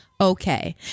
Okay